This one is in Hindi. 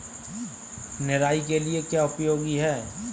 निराई के लिए क्या उपयोगी है?